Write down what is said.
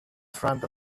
front